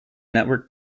network